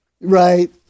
Right